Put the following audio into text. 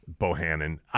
Bohannon